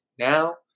Now